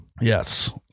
yes